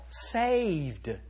saved